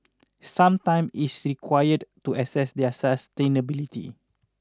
some time is required to assess their sustainability